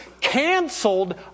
canceled